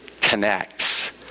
connects